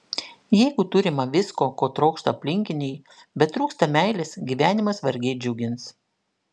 jeigu turima visko ko trokšta aplinkiniai bet trūksta meilės gyvenimas vargiai džiugins